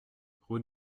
route